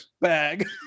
bag